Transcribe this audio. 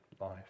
life